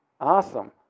Awesome